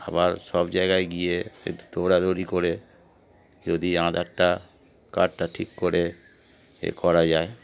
আবার সব জায়গায় গিয়ে দৌড়াদৌড়ি করে যদি আধারটা কার্ডটা ঠিক করে এ করা যায়